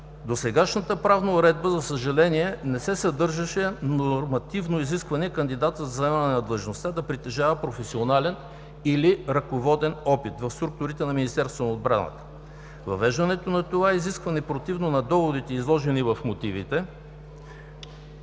досегашната правна уредба, за съжаление, не се съдържаше нормативно изискване кандидатът за заемане на длъжността да притежава професионален или ръководен опит в структурите на Министерство на отбраната. Въвеждането на това изискване противно на доводите, изложени в мотивите